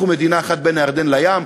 אנחנו מדינה אחת בין הירדן לים,